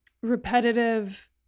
repetitive